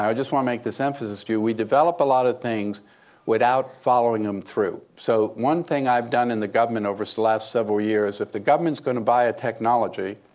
um just want to make this emphasis to you we develop a lot of things without following them through. so one thing i've done in the government over so the last several years, if the government is going to buy a technology,